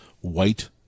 white